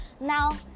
Now